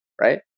Right